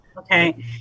Okay